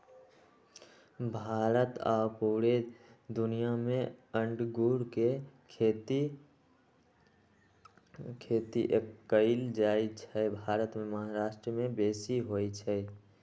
भारत आऽ पुरे दुनियाँ मे अङगुर के खेती कएल जाइ छइ भारत मे महाराष्ट्र में बेशी होई छै